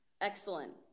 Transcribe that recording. excellent